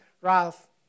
Ralph